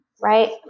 right